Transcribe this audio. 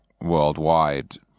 worldwide